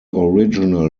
original